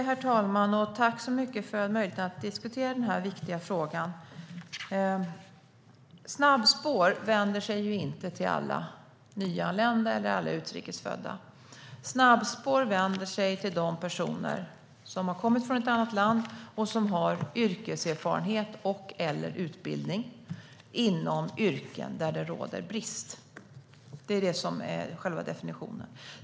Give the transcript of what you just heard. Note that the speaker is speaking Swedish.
Herr talman! Tack så mycket för möjligheten att diskutera den här viktiga frågan! Snabbspår vänder sig inte till alla nyanlända eller alla utrikes födda. Snabbspår vänder sig till de personer som har kommit från ett annat land och som har yrkeserfarenhet och/eller utbildning inom yrken där det råder brist. Det är det som är själva definitionen.